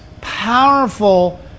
powerful